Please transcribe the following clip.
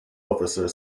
officer